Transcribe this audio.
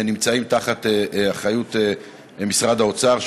נמצאים תחת אחריות משרד האוצר,